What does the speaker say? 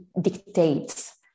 dictates